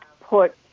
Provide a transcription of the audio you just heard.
put